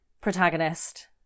protagonist